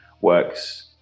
works